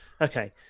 Okay